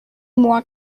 more